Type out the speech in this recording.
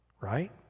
Right